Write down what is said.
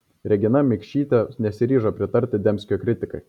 regina mikšytė nesiryžo pritarti dembskio kritikai